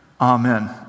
Amen